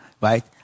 Right